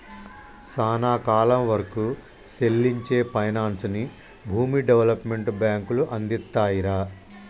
సానా కాలం వరకూ సెల్లించే పైనాన్సుని భూమి డెవలప్మెంట్ బాంకులు అందిత్తాయిరా